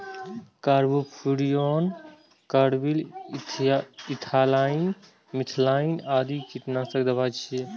carbofuran, carbaryl, ethylene, methylene आदि कीटनाशक दवा छियै